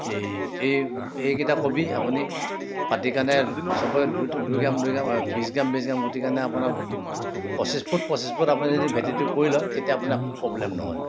এই এই এইকেইটা কবি আপুনি পাতি কিনে দুই গ্ৰাম দুই গ্ৰাম বিছ গ্ৰাম বিছ গ্ৰাম গুটি কাৰণে আপুনি পঁচিছ ফুট পঁচিছ ফুট আপুনি যদি ভেঁটিটো কৰি লয় তেতিয়া আপুনি একো প্ৰব্লেম নহয়